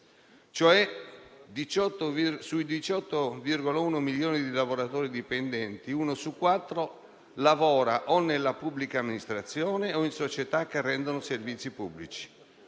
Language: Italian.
cioè, su 18,1 milioni di lavoratori dipendenti, uno su quattro lavora nella pubblica amministrazione o in società che rendono servizi pubblici